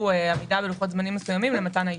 עמידה בלוחות זמנים מסוימים למתן האישור.